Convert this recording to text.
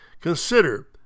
Consider